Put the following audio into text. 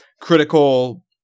critical